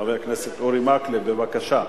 חבר הכנסת אורי מקלב, בבקשה.